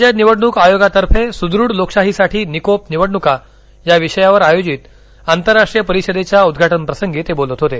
राज्य निवडणुक आयोगातर्फे सुदुढ लोकशाहीसाठी निकोप निवडणुका या विषयावर आयोजित आंतरराष्ट्रीय परिषदेच्या उद्घाटनप्रसंगी ते बोलत होते